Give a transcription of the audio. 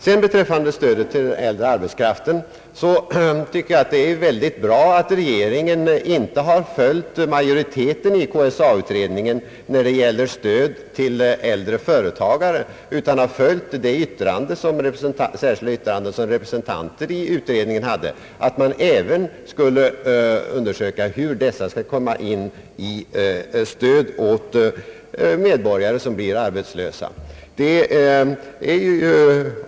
När det gäller stödet till den äldre arbetskraften tycker jag att det är väldigt bra att regeringen inte har följt KSA-utredningens majoritetsförslag om inget stöd åt äldre företagare utan följt det särskilda yttrandet av ledamöter i utredningen, som innebar att man även skulle undersöka hur denna kategori skall komma in under stödet åt medborgare som blir arbetslösa.